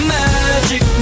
magic